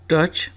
Touch